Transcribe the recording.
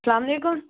السلامُ علیکُم